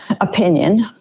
opinion